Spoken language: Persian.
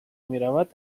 میرود